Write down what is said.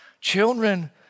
children